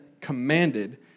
commanded